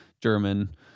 German